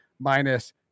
minus